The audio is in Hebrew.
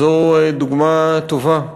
זו דוגמה טובה,